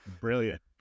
Brilliant